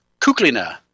Kuklina